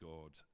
God